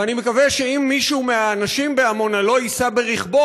ואני מקווה שאם מישהו מהאנשים בעמונה לא ייסע ברכבו,